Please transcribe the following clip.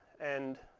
and